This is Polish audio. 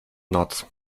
noc